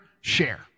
share